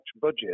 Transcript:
budget